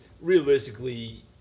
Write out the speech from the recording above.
realistically